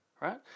right